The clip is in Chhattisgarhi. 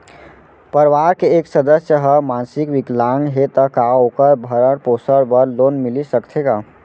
परवार के एक सदस्य हा मानसिक विकलांग हे त का वोकर भरण पोषण बर लोन मिलिस सकथे का?